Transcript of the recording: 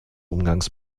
umgangs